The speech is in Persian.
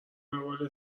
اول